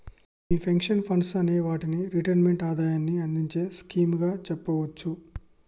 మీ pension funds అనే వాటిని retirement ఆదాయాన్ని అందించే స్కీమ్ గా చెప్పవచ్చు